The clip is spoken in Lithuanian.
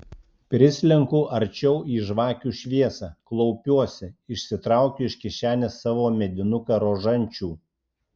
prislenku arčiau į žvakių šviesą klaupiuosi išsitraukiu iš kišenės savo medinuką rožančių